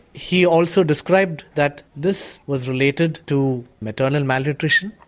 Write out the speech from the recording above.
he also described that this was related to maternal malnutrition,